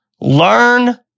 learn